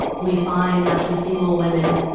and we find, actually, single women